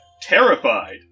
Terrified